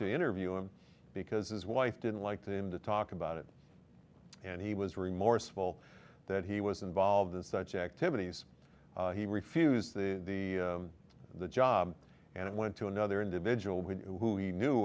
to interview him because his wife didn't like them to talk about it and he was remorseful that he was involved in such activities he refused the the job and it went to another individual who he knew